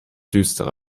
düstere